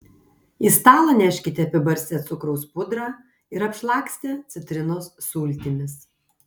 į stalą neškite apibarstę cukraus pudrą ir apšlakstę citrinos sultimis